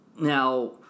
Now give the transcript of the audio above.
Now